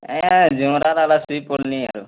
ଆଜ୍ଞା ଝୁମ୍ରା ଲାଗ୍ଲା ଶୁଇପଡ଼୍ଲିଁ ଆରୁ